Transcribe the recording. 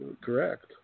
Correct